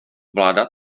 vláda